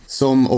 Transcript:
som